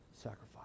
sacrifice